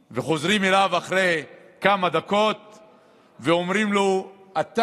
לאחר מכן יעלה השר המקשר, השר דוד אמסלם, לסכם את